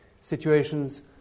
situations